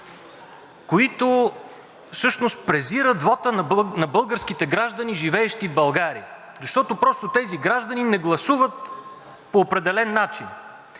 презират вота на българските граждани, живеещи в България, защото просто тези граждани не гласуват по определен начин,